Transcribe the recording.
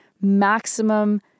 maximum